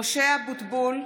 משה אבוטבול,